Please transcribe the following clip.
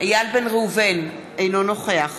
אינו נוכח